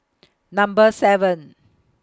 Number seven